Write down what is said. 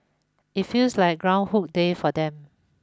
it feels like Groundhog Day for them